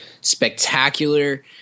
spectacular